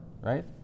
right